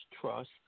trust